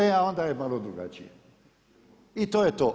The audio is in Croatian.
E a onda je malo drugačije i to je to.